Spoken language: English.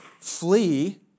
flee